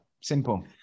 simple